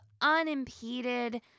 unimpeded